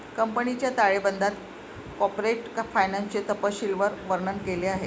कंपनीच्या ताळेबंदात कॉर्पोरेट फायनान्सचे तपशीलवार वर्णन केले आहे